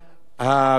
וערקו.